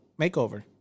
makeover